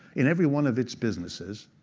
in every one of its businesses,